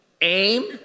aim